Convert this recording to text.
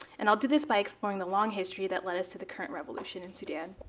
and i'll do this by exploring the long history that led us to the current revolution in sudan.